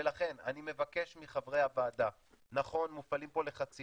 לכן אני מבקש מחברי הוועדה, נכון,